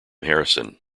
harrison